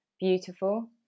beautiful